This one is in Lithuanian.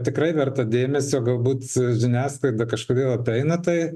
tikrai verta dėmesio galbūt žiniasklaida kažkodėl apeina tai